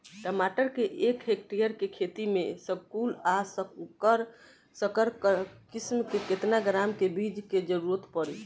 टमाटर के एक हेक्टेयर के खेती में संकुल आ संकर किश्म के केतना ग्राम के बीज के जरूरत पड़ी?